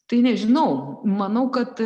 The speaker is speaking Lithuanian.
tai nežinau manau kad